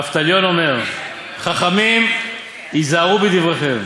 אבטליון אומר: חכמים, היזהרו בדבריכם,